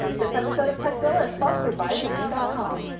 this episode of tekzilla is sponsored by domain dot com